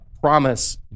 promise